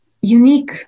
unique